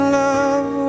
love